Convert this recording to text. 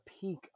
peak